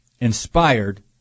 inspired